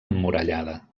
emmurallada